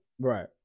right